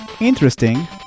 Interesting